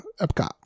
Epcot